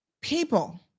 people